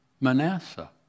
Manasseh